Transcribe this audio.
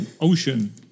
ocean